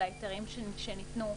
של ההיתרים שניתנו,